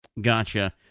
gotcha